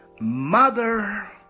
mother